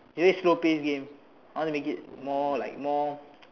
very slow paced game I want to make it more like more